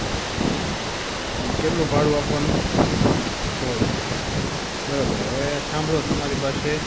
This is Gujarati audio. બસ અહીંયા કેટલું ભાડું આપવાનું સો રૂપિયા બરાબર હવે સાંભળો તમારી પાસે